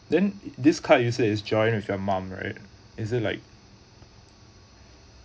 then this card user is join with your mum right is it like